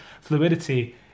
Fluidity